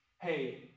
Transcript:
hey